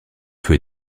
feu